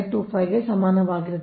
525 ಕ್ಕೆ ಸಮಾನವಾಗಿರುತ್ತದೆ